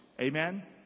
Amen